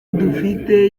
dufite